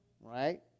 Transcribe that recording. right